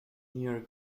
near